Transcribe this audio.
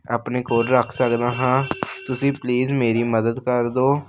ਆਪਣੇ ਕੋਲ ਰੱਖ ਸਕਦਾ ਤੁਸੀਂ ਪਲੀਜ਼ ਮੇਰੀ ਮਦਦ ਕਰ ਦਿਓ